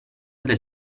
del